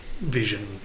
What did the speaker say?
vision